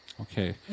Okay